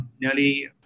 nearly